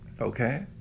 okay